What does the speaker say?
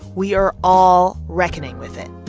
we are all reckoning with it,